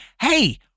hey